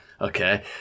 okay